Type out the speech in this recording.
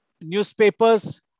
newspapers